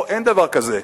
פה אין דבר כזה.